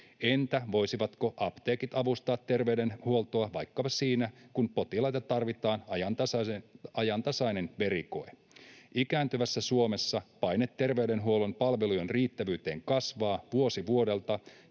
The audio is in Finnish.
Entä voisivatko apteekit avustaa terveydenhuoltoa vaikkapa siinä, kun potilailta tarvitaan ajantasainen verikoe? Ikääntyvässä Suomessa paine terveydenhuollon palvelujen riittävyyteen kasvaa vuosi vuodelta,